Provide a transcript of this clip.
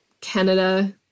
Canada